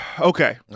Okay